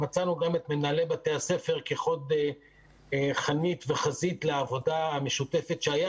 ומצאנו גם את מנהלי בתי הספר כחוד החנית בחזית לעבודה משותפת שהייתה